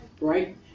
right